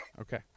Okay